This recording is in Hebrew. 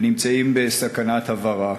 ונמצאים בסכנת הוברה.